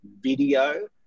video